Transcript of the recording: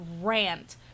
rant